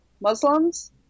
Muslims